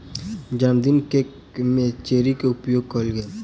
जनमदिनक केक में चेरी के उपयोग कएल गेल